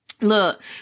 Look